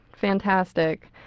Fantastic